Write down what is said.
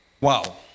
wow